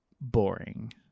boring